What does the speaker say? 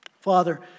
Father